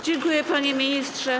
Dziękuję, panie ministrze.